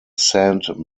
saint